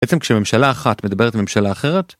בעצם כשממשלה אחת מדברת עם ממשלה אחרת